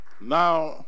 Now